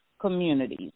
communities